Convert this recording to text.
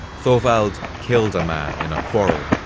thorvald killed a man in a quarrel.